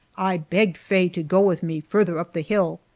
i begged faye to go with me farther up the hill.